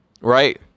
Right